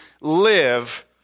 live